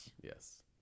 yes